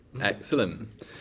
Excellent